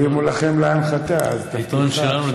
הרימו לכם להנחתה, אז, העיתון שלנו?